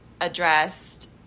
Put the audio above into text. addressed